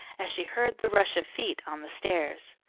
as she heard the rush of feet on the stairs.